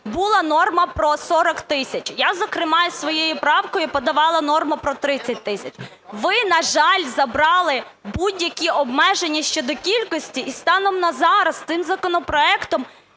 була норма про 40 тисяч. Я зокрема із своєю правкою подавала норму про 30 тисяч. Ви, на жаль, забрали будь-які обмеження щодо кількості. І станом на зараз цим законопроектом